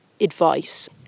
advice